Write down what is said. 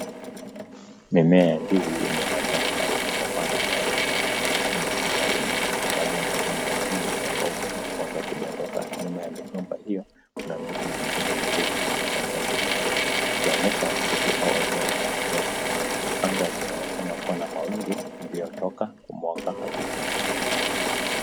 Mimea ya ndizi yenye majani marefu mapana na ya kijani kibichi imesimama wima. Baadhi ya majani ya chini yamekauka na kuanza kudondoka. Nyuma ya migomba hiyo, kuna miti mingine mirefu yenye majani mengi, ikionyesha msitu au eneo lenye mimea mingi. Anga linaonekana kuwa na mawingu yaliyotoka kumwanga hafifu.